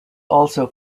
also